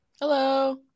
Hello